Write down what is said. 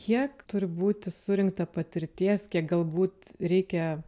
kiek turi būti surinkta patirties kiek galbūt reikia